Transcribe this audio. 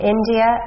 India